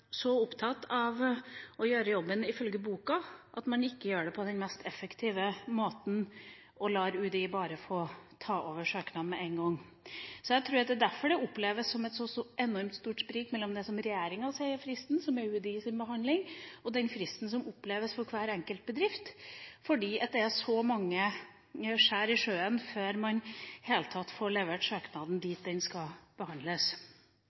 så opptatt av å gjøre jobben ifølge boka at man ikke gjør det på den mest effektive måten: bare la UDI få ta over søknaden med én gang. Jeg tror at det er derfor det er et så enormt stort sprik mellom det som regjeringa sier er fristen, som er UDIs behandlingstid, og den behandlingstida som oppleves for hver enkelt bedrift. Det er så mange skjær i sjøen før man i det hele tatt får levert søknaden dit den skal behandles.